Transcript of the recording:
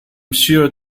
sure